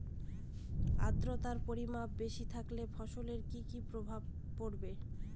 আদ্রর্তার পরিমান বেশি থাকলে ফসলে কি কি প্রভাব ফেলবে?